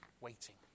waiting